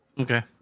okay